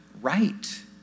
right